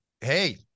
Hey